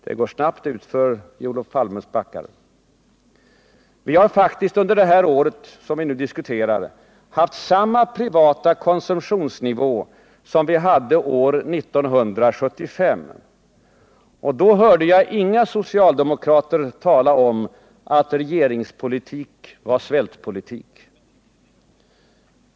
Det går snabbt utför i Olof Palmes backar. Vi har faktiskt under det här året haft samma privata konsumtionsnivå som vi hade 1975. Då hörde jag inga socialdemokrater påstå att regeringspolitik var svältpolitik.